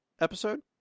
episode